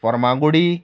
Farmagudi